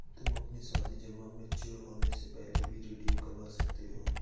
तुम अपनी सावधि जमा मैच्योर होने से पहले भी रिडीम करवा सकते हो